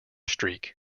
streak